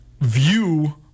View